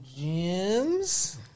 gems